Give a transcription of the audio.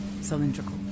Cylindrical